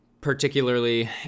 particularly